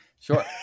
sure